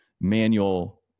manual